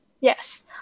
Yes